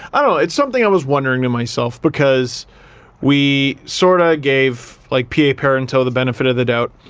i don't know, it's something i was wondering to myself because we sorta gave like p. a. parenteau the benefit of the doubt,